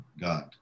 God